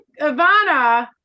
Ivana